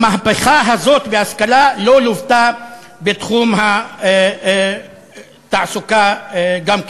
המהפכה הזאת בהשכלה לא לוותה בתחום התעסוקה גם כן.